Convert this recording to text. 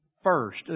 First